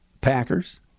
Packers